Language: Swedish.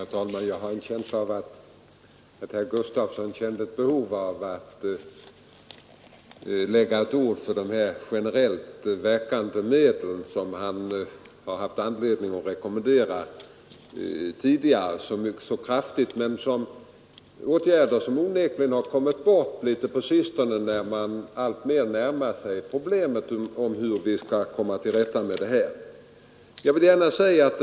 Herr talman! Jag har en känsla av att herr Gustafson kände ett behov av att lägga ett ord för de generellt verkande medel som han tidigare haft anledning att rekommendera, åtgärder som onekligen har kommit bort litet på sistone, när man på den borgerliga kanten alltmer närmar sig problemet om hur man skall komma till rätta med dessa svårigheter.